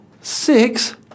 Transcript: Six